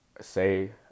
say